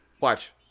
Watch